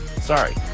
Sorry